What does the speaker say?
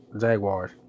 Jaguars